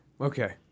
Okay